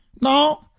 No